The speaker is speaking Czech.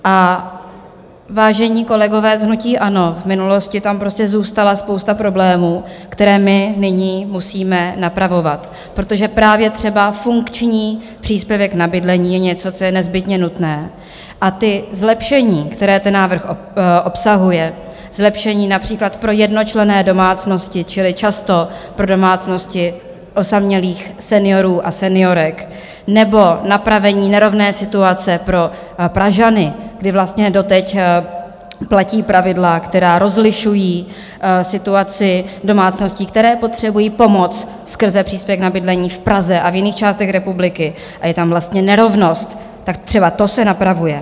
A vážení kolegové z hnutí ANO, v minulosti tam prostě zůstala spousta problémů, které my nyní musíme napravovat, protože právě třeba funkční příspěvek na bydlení je něco, co je nezbytně nutné, a zlepšení, která ten návrh obsahuje, zlepšení například pro jednočlenné domácnosti čili často pro domácnosti osamělých seniorů a seniorek, nebo napravení nerovné situace pro Pražany, kdy vlastně doteď platí pravidla, která rozlišují situaci domácností, které potřebují pomoc skrze příspěvek na bydlení v Praze a v jiných částech republiky a je tam nerovnost, tak třeba to se napravuje.